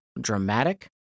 dramatic